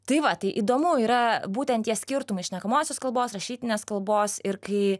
tai va tai įdomu yra būtent tie skirtumai šnekamosios kalbos rašytinės kalbos ir kai